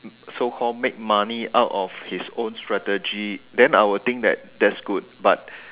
so called make money out of his own strategy then I would think that that's good but